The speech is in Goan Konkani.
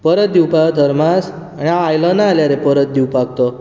परत दिवपाचो थर्मास आनी हांव आयलो ना जाल्यार परत दिवपाक तो